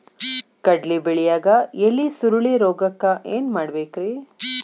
ಕಡ್ಲಿ ಬೆಳಿಯಾಗ ಎಲಿ ಸುರುಳಿರೋಗಕ್ಕ ಏನ್ ಮಾಡಬೇಕ್ರಿ?